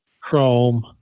chrome